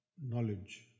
knowledge